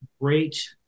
great